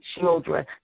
children